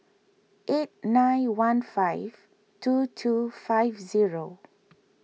eight nine one five two two five zero